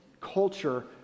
culture